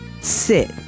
sit